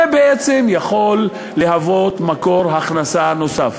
זה בעצם יכול להוות מקור הכנסה נוסף.